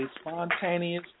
spontaneous